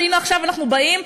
שהנה עכשיו אנחנו באים,